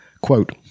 Quote